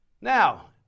Now